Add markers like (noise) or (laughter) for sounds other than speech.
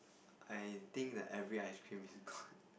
I think that every ice-cream is good (laughs)